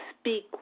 speak